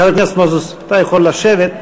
חבר הכנסת מוזס, אתה יכול לשבת.